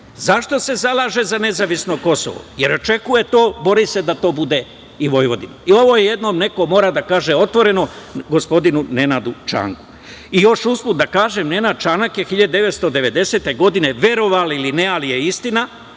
Zašto se zalaže za nezavisno Kosovo? Zato jer očekuje i bori se da to bude i Vojvodina. I ovo jednom neko mora da kaže otvoreno gospodinu Nenadu Čanku. I još usput da kažem da je Nenad Čanak 1990. godine, verovali ili ne ali je istina,